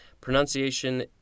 pronunciation